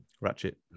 Ratchet